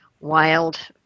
wild